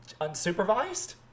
Unsupervised